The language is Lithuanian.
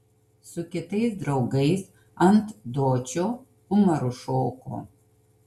su kitais draugais ant dočio umaru šoko